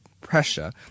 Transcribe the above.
pressure